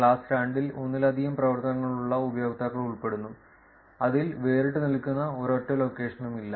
class 2 ൽ ഒന്നിലധികം പ്രവർത്തനങ്ങളുള്ള ഉപയോക്താക്കൾ ഉൾപ്പെടുന്നു അതിൽ വേറിട്ടുനിൽക്കുന്ന ഒരൊറ്റ ലൊക്കേഷനും ഇല്ല